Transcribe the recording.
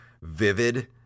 vivid